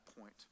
point